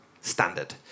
Standard